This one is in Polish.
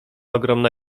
ogromna